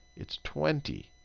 it's twenty.